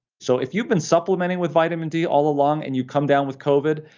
so if you've been supplementing with vitamin d all along and you come down with covid,